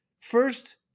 First